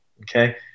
okay